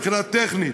מבחינה טכנית,